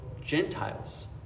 Gentiles